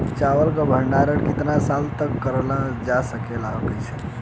चावल क भण्डारण कितना साल तक करल जा सकेला और कइसे?